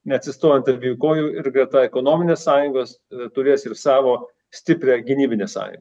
neatsistojo ant abiejų kojų ir greta ekonominės sąjungos turės ir savo stiprią gynybinę sąjun